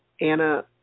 Anna